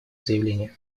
заявление